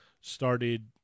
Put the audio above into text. started